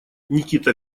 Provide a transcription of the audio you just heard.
никита